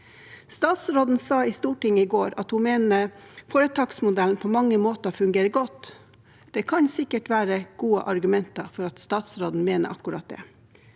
Statsråden sa i Stortinget i går at hun mener foretaksmodellen på mange måter fungerer godt. Det kan sikkert være gode argumenter for at statsråden mener akkurat det,